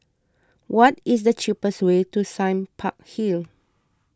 what is the cheapest way to Sime Park Hill